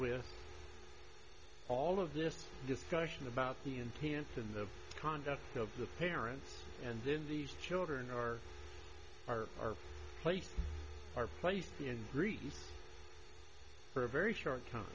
with all of this discussion about the intense in the conduct of the parents and then these children are are placed are placed in greece for a very short time